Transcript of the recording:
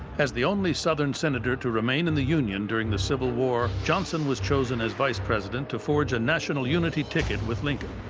as the only southern senator to remain in the union during the civil war, johnson was chosen as vice president to forge a national unity unity ticket with lincoln.